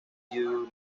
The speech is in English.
you